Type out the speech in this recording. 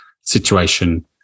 situation